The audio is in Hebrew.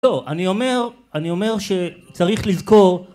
לא, אני אומר... אני אומר שצריך לזכור